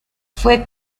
fue